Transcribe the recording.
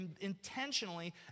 intentionally